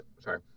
sorry